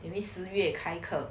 then 四月开课